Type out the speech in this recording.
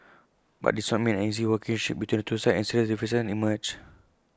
but this did not mean an easy working ship between the two sides and serious differences emerged